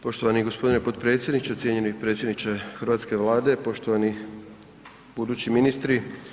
Poštovani g. potpredsjedniče, cijenjeni predsjedniče hrvatske Vlade, poštovani budući ministri.